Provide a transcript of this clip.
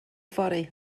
fory